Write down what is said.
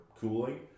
cooling